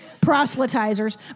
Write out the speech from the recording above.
proselytizers